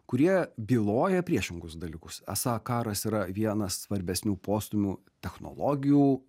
kurie byloja priešingus dalykus esą karas yra vienas svarbesnių postūmių technologijų